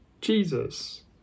Jesus